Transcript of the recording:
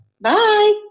Bye